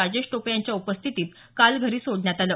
राजेश टोपे यांच्या उपस्थितीत काल घरी सोडण्यात आलं